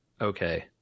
Okay